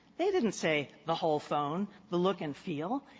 they didn't say the whole phone, the look and feel.